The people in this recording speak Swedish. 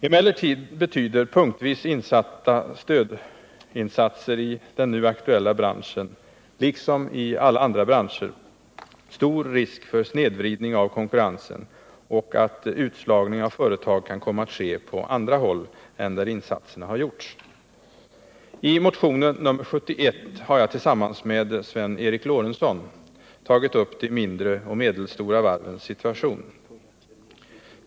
Emellertid betyder punktvis insatta stödinsatser i den nu aktuella branschen — liksom i alla andra branscher — stor risk för att konkurrensen snedvrids och att en utslagning av företag kan komma att ske på annat håll än där insatserna har gjorts. I motionen 71 har jag tillsammans med Sven Eric Lorentzon tagit upp de mindre och medelstora varvens situation.